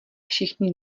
všichni